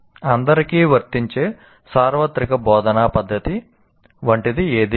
అందరికీ వర్తించే సార్వత్రిక బోధనా పద్ధతి వంటిది ఏదీ లేదు